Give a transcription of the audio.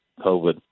COVID